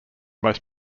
most